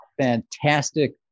fantastic